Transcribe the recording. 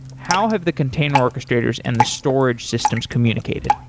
how have the container orchestrators and the storage systems communicated?